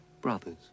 brothers